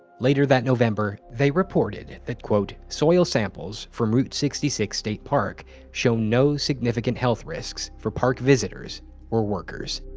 later that november, they reported that soil samples from route sixty six state park show no significant health risks for park visitors or workers.